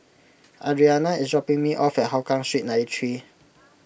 Adriana is dropping me off at Hougang Street ninety three